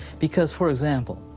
because, for example,